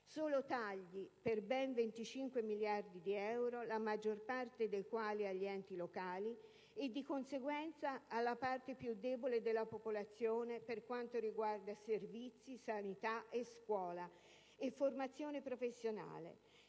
Solo tagli per ben 25 miliardi di euro, la maggior parte dei quali agli enti locali e, di conseguenza, alla parte più debole della popolazione per quanto riguarda servizi, sanità, scuola e formazione professionale.